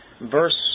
Verse